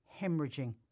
hemorrhaging